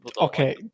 Okay